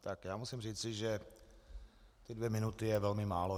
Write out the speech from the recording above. Tak já musím říci, že ty dvě minuty je velmi málo.